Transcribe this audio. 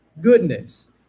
goodness